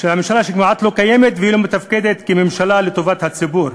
של הממשלה שכמעט לא קיימת ולא מתפקדת כממשלה לטובת הציבור.